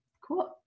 cool